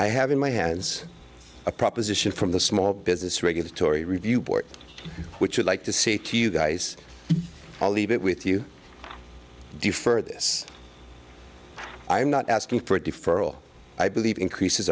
i have in my hands a proposition from the small business regulatory review board which would like to see you guys i leave it with you defer this i am not asking for deferral i believe increases